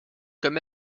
comme